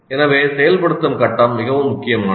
எனவே செயல்படுத்தும் கட்டம் மிகவும் முக்கியமானது